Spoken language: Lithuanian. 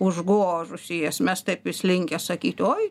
užgožusi jas mes taip vis linkę sakyti oi